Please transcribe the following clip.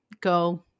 go